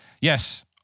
Yes